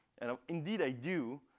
and ah indeed, i do,